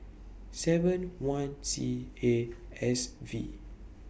seven one C A S V